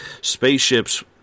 spaceships